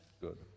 Good